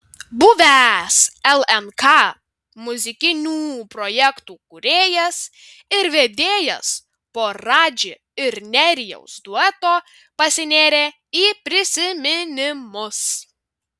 buvęs lnk muzikinių projektų kūrėjas ir vedėjas po radži ir nerijaus dueto pasinėrė į prisiminimus